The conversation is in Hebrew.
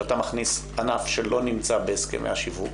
כשאתה מכניס ענף שלא נמצא בהסכמי השיווק,